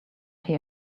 here